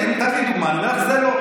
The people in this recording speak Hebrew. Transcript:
הינה, נתת לי דוגמה, ואני אומר לך, זה לא.